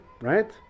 right